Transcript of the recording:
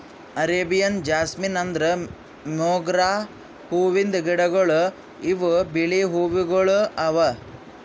Arabian jasmine ಅಂದುರ್ ಮೊಗ್ರಾ ಹೂವಿಂದ್ ಗಿಡಗೊಳ್ ಇವು ಬಿಳಿ ಹೂವುಗೊಳ್ ಅವಾ